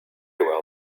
well